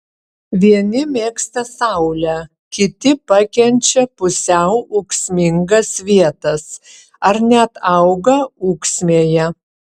vieni mėgsta saulę kiti pakenčia pusiau ūksmingas vietas ar net auga ūksmėje